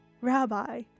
Rabbi